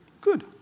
Good